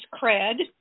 cred